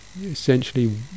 essentially